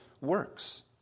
works